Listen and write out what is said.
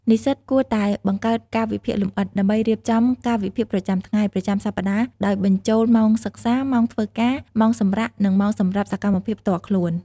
និស្សិតគួរតែបង្កើតកាលវិភាគលម្អិត ដើម្បីរៀបចំកាលវិភាគប្រចាំថ្ងៃ ប្រចាំសប្ដាហ៍ ដោយបញ្ចូលម៉ោងសិក្សា ម៉ោងធ្វើការ ម៉ោងសម្រាក និងម៉ោងសម្រាប់សកម្មភាពផ្ទាល់ខ្លួន។